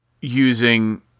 using